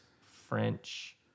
French